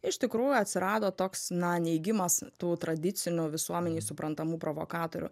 iš tikrųjų atsirado toks na neigimas tų tradicinių visuomenei suprantamų provokatorių